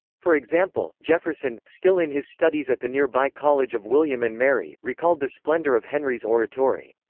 for example, jefferson, still in his studies at the nearby college of william and mary, recalled the splendor of henry's oratory.